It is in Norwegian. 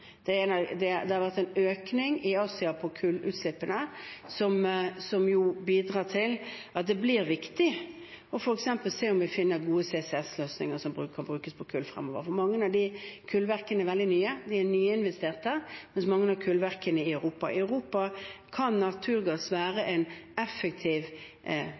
Det har vært en økning i Asia i kullutslippene, som jo bidrar til at det blir viktig f.eks. å se om vi finner gode CCS-løsninger som kan brukes på kull fremover, for mange av de kullverkene er veldig nye, de er nyinvesterte, mens mange av kullverkene i Europa ikke er det. I Europa kan naturgass være en effektiv